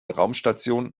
raumstation